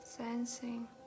Sensing